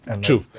True